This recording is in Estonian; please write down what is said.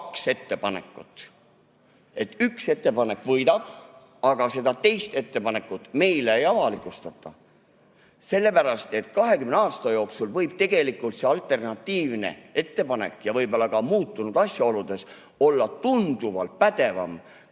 ettepanekut. Üks ettepanek võidab, aga seda teist ettepanekut meile ei avalikustata. 20 aasta jooksul võib tegelikult see alternatiivne ettepanek võib-olla ka muutunud asjaolude tõttu osutuda tunduvalt pädevamaks